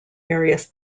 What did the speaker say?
various